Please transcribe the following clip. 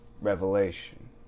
revelation